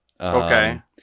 Okay